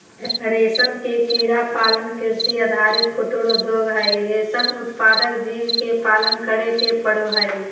रेशम के कीड़ा पालन कृषि आधारित कुटीर उद्योग हई, रेशम उत्पादक जीव के पालन करे के पड़ हई